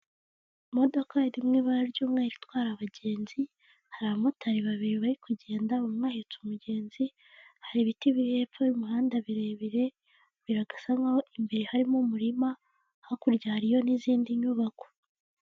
Imodoka iri mu ibara ry'umweru itwara abagenzi, hari abamotari babiri bari kugenda umwe ahetse umugenzi, hari ibiti biri hepfo y'umuhanda birebire birasa nkaho imbere harimo umurima, hakurya hariyo n'izindi nyubako.